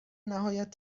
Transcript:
نهایت